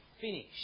finish